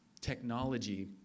technology